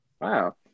Wow